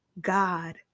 God